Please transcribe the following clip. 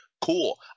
cool